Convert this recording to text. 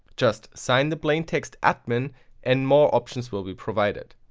just sign the plaintext admin and more options will be provided.